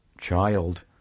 child